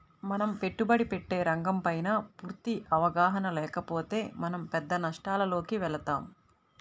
మనం పెట్టుబడి పెట్టే రంగంపైన పూర్తి అవగాహన లేకపోతే మనం పెద్ద నష్టాలలోకి వెళతాం